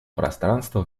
пространства